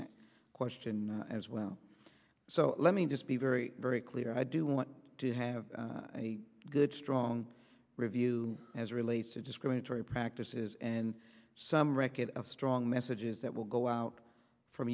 that question as well so let me just be very very clear i do want to have a good strong review as really discriminatory practices and some record of strong messages that will go out from